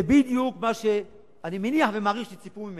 זה בדיוק מה שאני מניח ומעריך שציפו ממני,